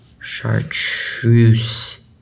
Chartreuse